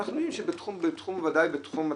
אנחנו יודעים שבתחום, ודאי בתחום התכנות,